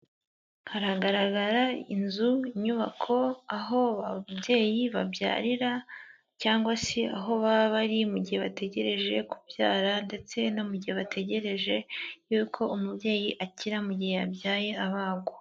Hagaragara inzu inyubako aho ababyeyi babyarira cyangwa se aho baba bari mu gihe bategereje kubyara ndetse no mu gihe bategereje yuko umubyeyi akira mu gihe yabyaye abagwa.